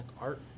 art